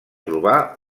trobar